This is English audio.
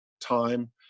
time